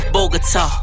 Bogota